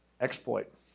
Exploit